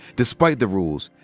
despite the rules,